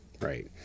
right